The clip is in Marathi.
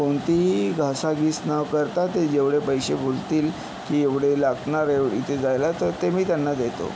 कोणतीही घासाघीस न करता ते जेवढे पैसे बोलतील की एवढे लागणार आहे इथे जायला तर ते मी त्यांना देतो